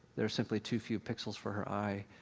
there's simply too few pixels for her eye,